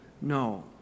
No